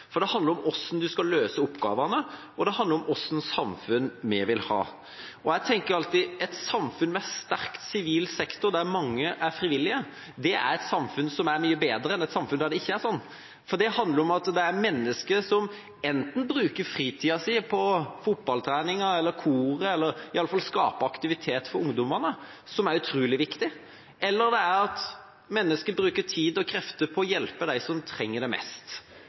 for det handler om hvordan en skal løse oppgavene, og det handler om hva slags samfunn vi vil ha. Jeg tenker alltid: Et samfunn med en sterk sivil sektor, der mange er frivillige, er et samfunn som er mye bedre enn et samfunn der det ikke er sånn. For det handler om at det er mennesker som bruker fritida si enten på fotballtreninga eller på koret, eller iallfall skaper aktivitet for ungdommene, som er utrolig viktig, eller det er at mennesker bruker tid og krefter på å hjelpe dem som trenger det mest.